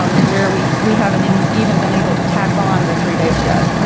um to where we we haven't um even been able to tack on the three days yet.